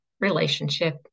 relationship